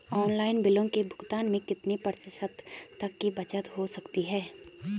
Online बिलों के भुगतान में कितने प्रतिशत तक की बचत हो सकती है?